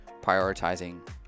prioritizing